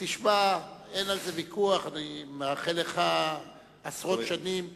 אין על זה ויכוח, אני מאחל לך עשרות שנים בתפקידך.